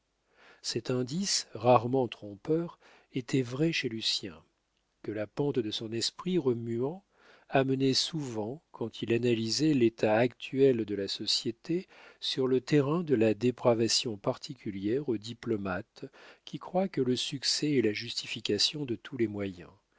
cet indice rarement trompeur était vrai chez lucien que la pente de son esprit remuant amenait souvent quand il analysait l'état actuel de la société sur le terrain de la dépravation particulière aux diplomates qui croient que le succès est la justification de tous les moyens